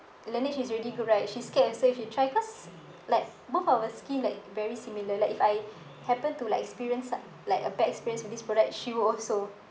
Laneige is already good right she's scared also if she try cause like both our skin like very similar like if I happen to like experience a~ like a bad experience with this product she would also